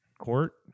Court